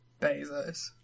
bezos